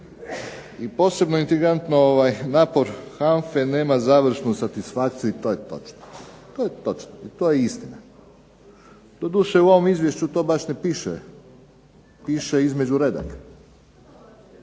i posebno intrigantno, napor HANFA-e nama završnu satisfakciju i to je točno. To je točno i to je istina. Doduše to u ovom izvješću baš ne piše. Piše između redaka,